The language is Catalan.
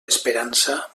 esperança